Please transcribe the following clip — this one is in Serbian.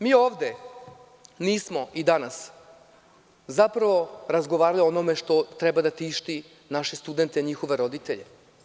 Mi ovde nismo i danas zapravo razgovarali o onome što treba da tišti naše studente, njihove roditelje.